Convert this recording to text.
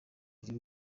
ry’u